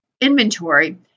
inventory